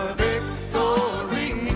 victory